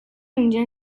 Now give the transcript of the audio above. اونجا